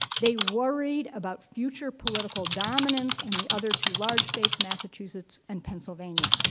they worried about future political dominance and the other two large states, massachusetts and pennsylvania.